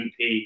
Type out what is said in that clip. EP